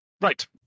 Right